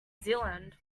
zealand